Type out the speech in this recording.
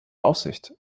aufsicht